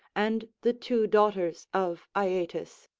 and the two daughters of aeetes,